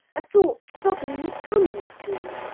a thought suddenly comes to you.